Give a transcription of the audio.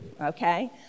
okay